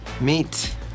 Meet